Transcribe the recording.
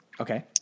Okay